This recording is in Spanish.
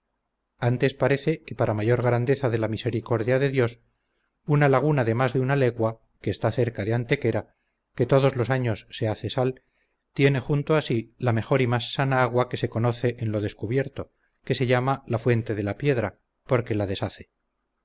antes parece que para mayor grandeza de la misericordia de dios una laguna de más de una legua que está cerca de antequera que todos los años se hace sal tiene junto a si la mejor y más sana agua que se conoce en lo descubierto que se llama la fuente de la piedra porque la deshace